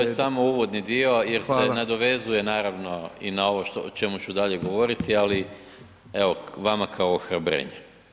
To je samo uvodni dio jer se nadovezuje [[Upadica Petrov: Hvala.]] naravno i na ovo o čemu ću dalje govoriti ali evo vama kao ohrabrenje.